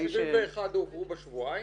האם 71 הועברו בשבועיים?